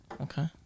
Okay